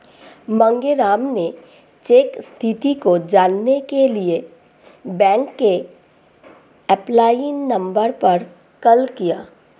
मांगेराम ने चेक स्थिति को जानने के लिए बैंक के हेल्पलाइन नंबर पर कॉल किया